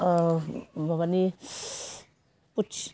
माबानि फुट्स